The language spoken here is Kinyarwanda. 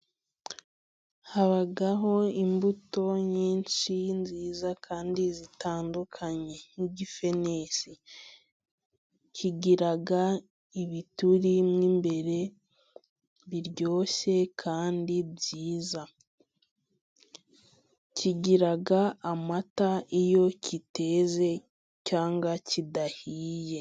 Habaho imbuto nyinshi nziza kandi zitandukanye. Nk'igifenesi. Kigira ibituri mwo imbere biryoshye kandi byiza. Kigira amata iyo kiteze, cyangwa kidahiye.